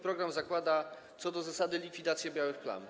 Program zakłada co do zasady likwidację białych plam.